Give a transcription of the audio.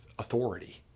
Authority